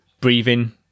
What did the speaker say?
breathing